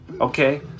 okay